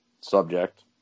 subject